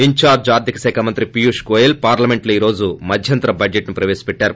ఇంచార్ష ఆర్లికశాఖ మంత్రి పీయూష్ గోయల్ పార్లమెంటులో ఈ రోజు మధ్యంతర బడ్లెట్ను ్ ప్రవేశపెట్టారు